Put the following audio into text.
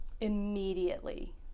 immediately